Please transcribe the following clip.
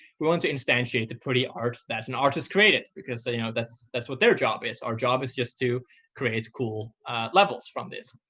we want to instantiate the pretty art that an artist created, because you know that's that's what their job is. our job is just to create cool levels from this.